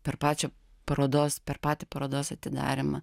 per pačią parodos per patį parodos atidarymą